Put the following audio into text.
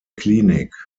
klinik